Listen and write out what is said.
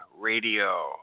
Radio